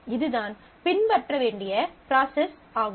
எனவே இதுதான் பின்பற்ற வேண்டிய ப்ராசஸ் ஆகும்